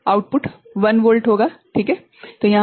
output 1 volt होगा ठीक हैं